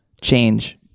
change